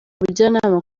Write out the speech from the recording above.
ubujyanama